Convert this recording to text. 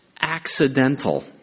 accidental